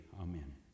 amen